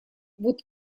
вот